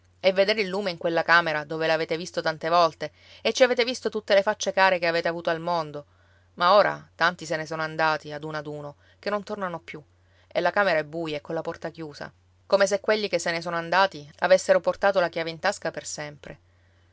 e veder il lume in quella camera dove l'avete visto tante volte e ci avete visto tutte le facce care che avete avuto al mondo ma ora tanti se ne sono andati ad uno ad uno che non tornano più e la camera è buia e colla porta chiusa come se quelli che se ne sono andati avessero portato la chiave in tasca per sempre